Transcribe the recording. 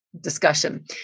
discussion